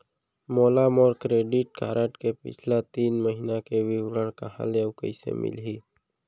मोला मोर credit card के पिछला तीन महीना के विवरण कहाँ ले अऊ कइसे मिलही?